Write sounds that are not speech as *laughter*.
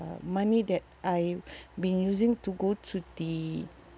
money that I've *breath* been using to go to the